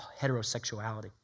heterosexuality